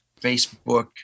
Facebook